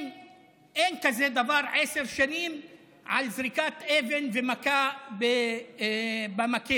אין דבר כזה עשר שנים על זריקת אבן ומכה במקל.